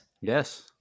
Yes